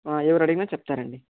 ఆ ఎవరు అడిగినా చెప్తారండి